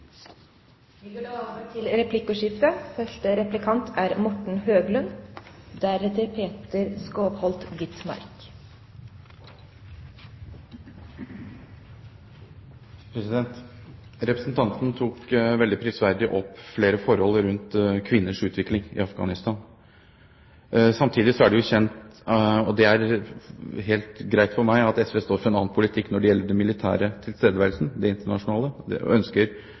replikkordskifte. Representanten tok veldig prisverdig opp flere forhold rundt kvinners utvikling i Afghanistan. Samtidig er det kjent – og det er helt greit for meg – at SV står for en annen politikk når det gjelder den internasjonale militære tilstedeværelsen,